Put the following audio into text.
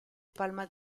palma